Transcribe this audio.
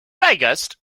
biggest